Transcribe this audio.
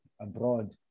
abroad